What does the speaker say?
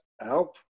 help